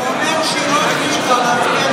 הוא אומר שהיא לא החליטה להצביע נגד,